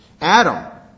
Adam